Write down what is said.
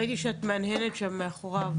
ראיתי שאת מהנהנת שם מאחוריו.